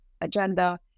agenda